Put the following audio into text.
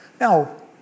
Now